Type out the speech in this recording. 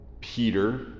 Peter